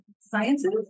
Sciences